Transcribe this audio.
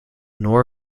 nor